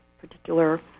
particular